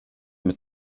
mit